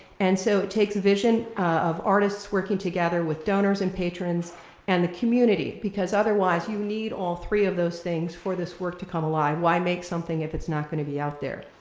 and so it takes vision of artists working together with donors and patrons and the community, because otherwise you need all three of those things for this work to come alive. why make something if it's not gonna be out there?